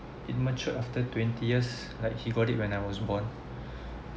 it matured after twenty years like he got it when I was born